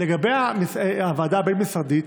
לגבי הוועדה הבין-משרדית,